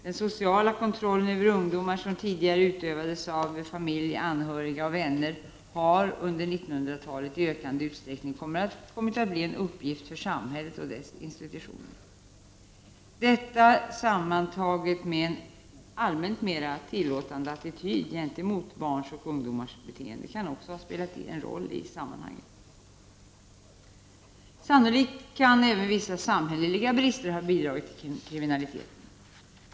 Den sociala kontrollen över ungdomar, som tidigare utövades av familj, anhöriga och vänner, har under 1900-talet i ökande utsträckning kommit att bli en uppgift för samhället och dess institutioner. Detta, sammantaget med en allmänt mera tillåtande attityd gentemot barns och ungdomars beteenden, kan också ha spelat en roll i sammanhanget. Sannolikt kan även vissa samhälleliga brister ha bidragit till kriminalitet.